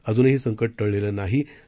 अजूनही संकट टळलेलं नाही आहे